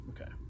Okay